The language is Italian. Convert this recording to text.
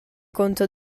conto